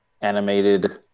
animated